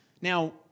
Now